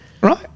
right